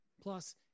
Plus